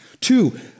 Two